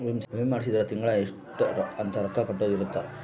ವಿಮೆ ಮಾಡ್ಸಿದ್ರ ತಿಂಗಳ ಇಷ್ಟ ಅಂತ ರೊಕ್ಕ ಕಟ್ಟೊದ ಇರುತ್ತ